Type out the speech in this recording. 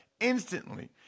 instantly